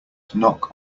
knock